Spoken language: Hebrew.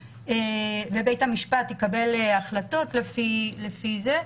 ובית המשפט יקבל החלטות על פי זה,